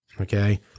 Okay